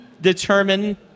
determine